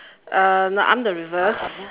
uh no I'm the reverse